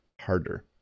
harder